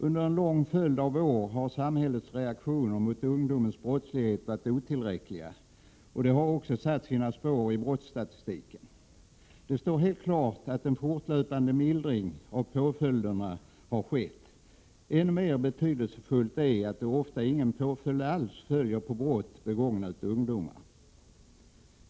Under en lång följd av år har samhällets reaktioner mot ungdomens brottslighet varit otillräckliga, och det har också satt sina spår i brottsstatistiken. Det står helt klart att en fortlöpande mildring av påföljderna har skett. Än mer betydelsefullt är att ofta ingen påföljd alls följer på brott begångna av ungdomar.